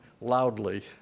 loudly